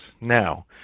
Now